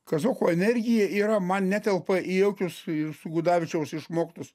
kazokų energija yra man netelpa į jokius jūsų gudavičiaus išmoktus